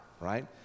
right